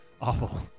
Awful